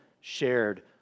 shared